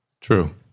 True